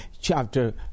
chapter